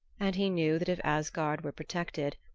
and he knew that if asgard were protected,